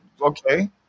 okay